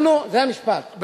אנחנו, לא,